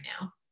now